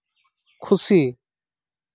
ᱠᱷᱩᱥᱤ